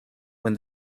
when